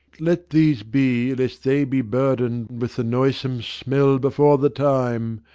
let these be, lest they be burdened with the noisome smell before the time.